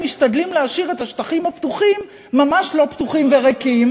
הם משתדלים להשאיר את השטחים הפתוחים ממש לא פתוחים וריקים,